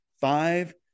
five